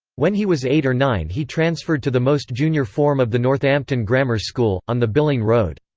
when he was eight or nine he transferred to the most junior form of the northampton grammar school, on the billing road.